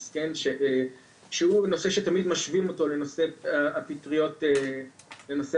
שהוא נושא שתמיד משווים אותו לנושא הפטריות האלה.